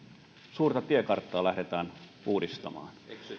suurta tiekarttaa lähdetään uudistamaan